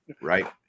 right